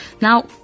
Now